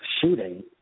shooting